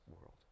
world